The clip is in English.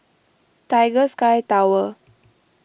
Tiger Sky Tower